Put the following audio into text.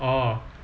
oh